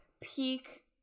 peak